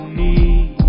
need